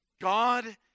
God